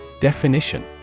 Definition